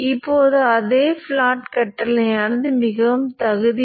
எனவே இது Im காந்தமாக்கும் பகுதி